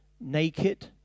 naked